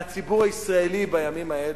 מהציבור הישראלי בימים האלה.